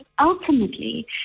ultimately